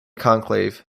conclave